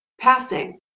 passing